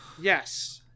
Yes